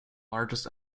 largest